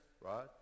right